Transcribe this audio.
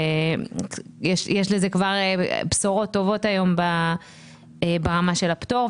יש בשורות טובות היום ברמה של הפטור,